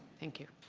thank you.